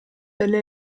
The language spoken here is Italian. della